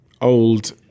Old